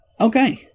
okay